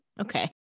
Okay